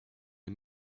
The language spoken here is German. der